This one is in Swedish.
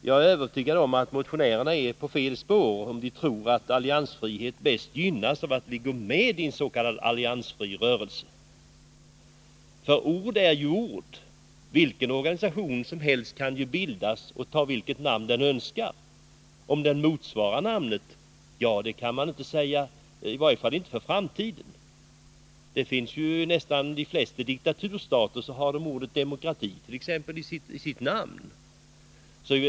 Jag är övertygad om att motionärerna är på fel spår, om de tror att alliansfriheten bäst gynnas av att vi går med i en s.k. alliansfri rörelse. Ord är ju ord. Vilken organisation som helst kan bildas och ta vilket namn den önskar. Om den motsvarar namnet — ja, det kan man inte säga, i varje fall inte för framtiden. Nästan de flesta diktaturstater hart.ex. ordet demokrati i sina namn.